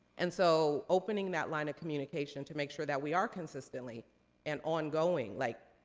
and so, opening that line of communication to make sure that we are consistently and ongoing. like,